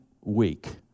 week